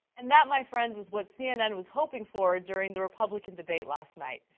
and that my friends is what cnn was hoping for during the republican debate last night.